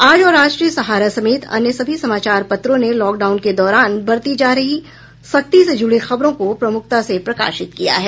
आज और राष्ट्रीय सहारा समेत अन्य सभी समाचार पत्रों ने लॉकडाउन के दौरान बरती जा रही सख्ती से जुड़ी खबरों को प्रमुखता से प्रकाशित किया है